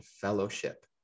fellowship